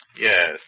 Yes